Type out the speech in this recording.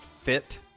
fit